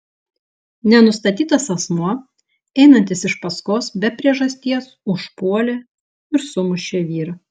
nenustatytas asmuo einantis iš paskos be priežasties užpuolė ir sumušė vyrą